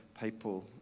people